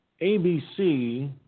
ABC